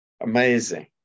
Amazing